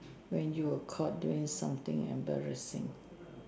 when you were caught doing something embarrassing